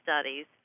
studies